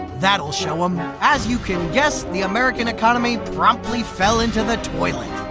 that'll show em. as you can guess, the american economy promptly fell into the toilet.